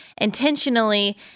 intentionally